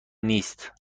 نیست